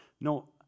no